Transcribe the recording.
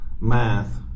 math